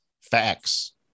Facts